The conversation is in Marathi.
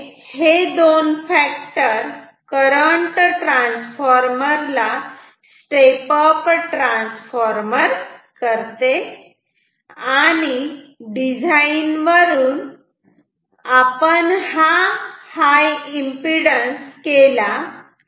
इथे हे 2 फॅक्टर करंट ट्रान्सफॉर्मर ला स्टेप अप ट्रान्सफॉर्मर करते आणि डिझाईन वरून आपण हा हाय एम्पिडन्स केला